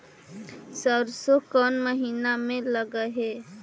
सरसों कोन महिना में लग है?